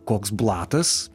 koks blatas